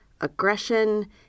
aggression